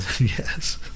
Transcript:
Yes